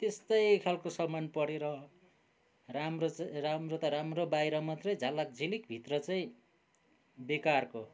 त्यस्तै खालको सामान परेर राम्रो चाहिँ राम्रो त राम्रो बाहिर मात्रै झालकझिलिक भित्र चाहिँ बेकारको